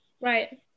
Right